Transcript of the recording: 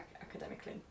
academically